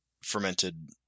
fermented